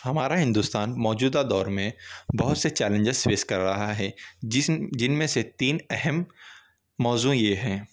ہمارا ہندوستان موجودہ دور میں بہت سے چیلینجیز فیس کر رہا ہے جس جن میں سے تین اہم موضوع یہ ہیں